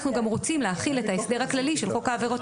אנחנו גם רוצים להחיל את ההסדר הכללי של חוק העבירות